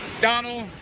Donald